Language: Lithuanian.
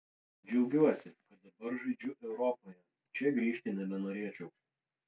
džiaugiuosi kad dabar žaidžiu europoje čia grįžti nebenorėčiau